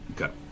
Okay